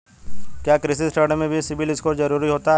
क्या कृषि ऋण में भी सिबिल स्कोर जरूरी होता है?